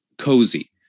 cozy